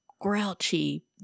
grouchy